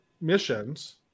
missions